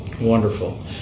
wonderful